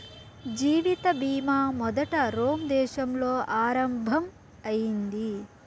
జీవిత బీమా మొదట రోమ్ దేశంలో ఆరంభం అయింది